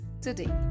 today